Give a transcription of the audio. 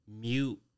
mute